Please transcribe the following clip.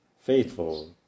faithful